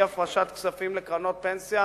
אי-הפרשת כספים לקרנות פנסיה,